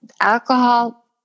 Alcohol